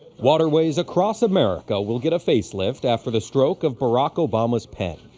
waterways across america will get a facelift after the stroke of barack obama's pen.